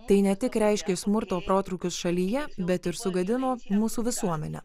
tai ne tik reiškė smurto protrūkius šalyje bet ir sugadino mūsų visuomenę